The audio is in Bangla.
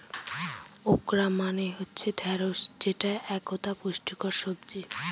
ওকরা মানে হচ্ছে ঢ্যাঁড়স যেটা একতা পুষ্টিকর সবজি